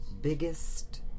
biggest